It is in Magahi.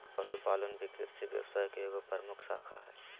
पशुपालन भी कृषि व्यवसाय के एगो प्रमुख शाखा हइ